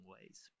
ways